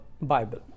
Bible